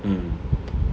mm